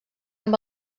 amb